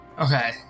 Okay